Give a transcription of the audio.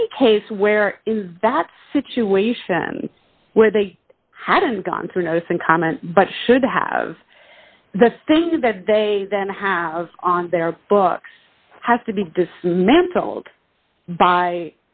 any case where in that situation where they hadn't gone through notice and comment but should have the things that they then have on their books has to be dismantled by